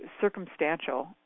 circumstantial